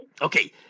Okay